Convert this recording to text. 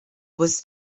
was